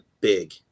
big